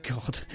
God